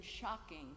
shocking